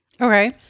Okay